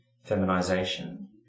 feminization